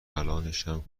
الانشم